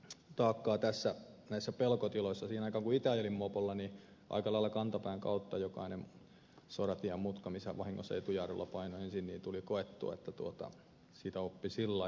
siihen aikaan kun itse ajelin mopolla niin aika lailla kantapään kautta jokainen soratien mutka missä vahingossa etujarrulla painoi ensin tuli koettua sitä oppi sillä tavalla parempi näin